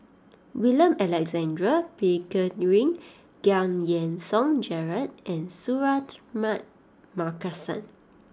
William Alexander Pickering Giam Yean Song Gerald and Suratman Markasan